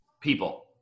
People